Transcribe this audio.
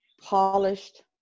polished